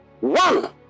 one